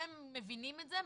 אתם מבינים את זה?